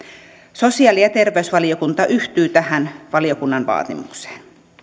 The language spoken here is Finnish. sosiaali ja terveysvaliokunta yhtyy tähän valiokunnan vaatimukseen